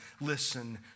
Listen